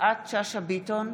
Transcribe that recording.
יפעת שאשא ביטון,